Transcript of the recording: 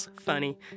funny